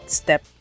step